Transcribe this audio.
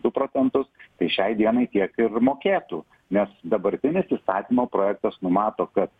du procentus tai šiai dienai tiek ir mokėtų nes dabartinis įstatymo projektas numato kad